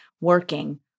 working